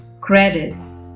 credits